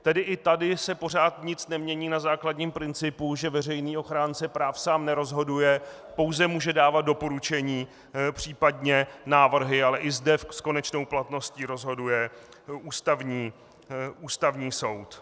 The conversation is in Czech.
Tedy i tady se pořád nic nemění na základním principu, že veřejný ochránce práv sám nerozhoduje, pouze může dávat doporučení, případně návrhy, ale i zde s konečnou platností rozhoduje Ústavní soud.